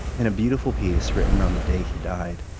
in a beautiful piece, written on the day he died,